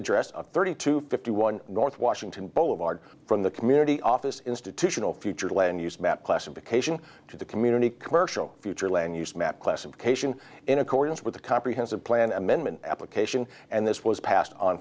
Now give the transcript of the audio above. address of thirty to fifty one north washington boulevard from the community office institutional future land use map classification to the community commercial future land use map classification in accordance with a comprehensive plan amendment application and this was passed on